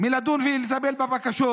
מלדון ולטפל בבקשות.